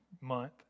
month